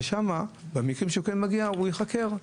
ושם הוא ייחקר.